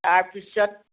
তাৰপিছত